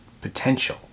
potential